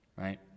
right